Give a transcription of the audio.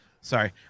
Sorry